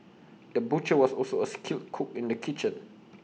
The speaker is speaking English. the butcher was also A skilled cook in the kitchen